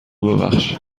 ببخش